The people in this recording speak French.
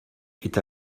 est